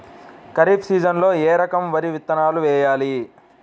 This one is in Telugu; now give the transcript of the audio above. ఖరీఫ్ సీజన్లో ఏ రకం వరి విత్తనాలు వేయాలి?